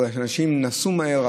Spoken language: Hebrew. אולי אנשים נסעו מהר.